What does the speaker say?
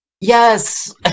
Yes